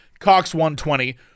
Cox120